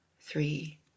three